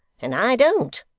and i don't.